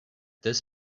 this